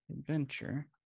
adventure